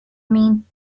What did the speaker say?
mean